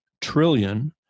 trillion